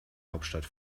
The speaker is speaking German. hauptstadt